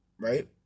Right